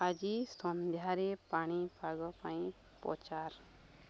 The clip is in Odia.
ଆଜି ସନ୍ଧ୍ୟାରେ ପାଣିପାଗ ପାଇଁ ପଚାର